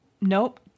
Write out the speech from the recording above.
Nope